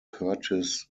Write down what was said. curtis